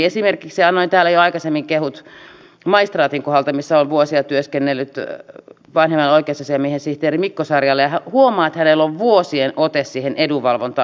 esimerkiksi annoin täällä jo aikaisemmin kehut maistraatin kohdalta missä olen vuosia työskennellyt vanhemmalle oikeusasiamiehensihteerille mikko sarjalle huomaa että hänellä on vuosien ote siihen edunvalvontaan